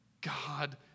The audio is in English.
God